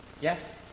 Yes